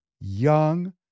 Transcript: young